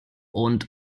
und